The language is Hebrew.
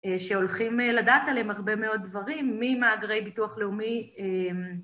אה, שהולכים אה לדעת עליהם הרבה מאוד דברים. ממאגרי ביטוח לאומי, אה...